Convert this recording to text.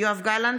יואב גלנט,